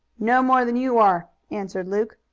no more than you are, answered luke.